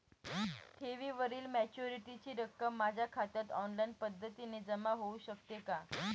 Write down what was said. ठेवीवरील मॅच्युरिटीची रक्कम माझ्या खात्यात ऑनलाईन पद्धतीने जमा होऊ शकते का?